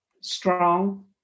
Strong